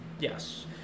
yes